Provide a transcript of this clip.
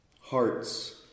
hearts